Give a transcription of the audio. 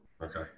okay